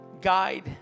guide